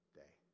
day